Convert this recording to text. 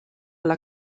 alla